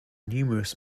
numerous